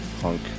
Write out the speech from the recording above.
punk